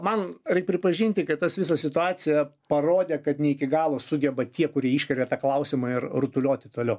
man reik pripažinti kad tas visa situacija parodė kad ne iki galo sugeba tie kurie iškelia tą klausimą ir rutulioti toliau